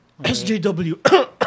SJW